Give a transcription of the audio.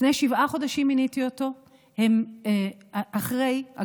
לפני שבעה חודשים מיניתי אותו אחרי שנתיים,